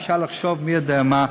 אפשר לחשוב מי יודע מה.